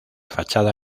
fachada